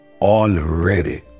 already